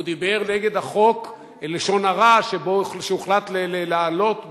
הוא דיבר נגד חוק לשון הרע שהוחלט להעלות,